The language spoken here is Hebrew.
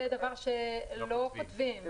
זה דבר שלא כותבים.